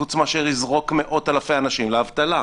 חוץ מאשר יזרוק מאות אלפי אנשים לאבטלה.